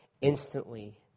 instantly